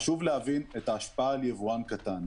חשוב להבין את ההשפעה על יבואן קטן.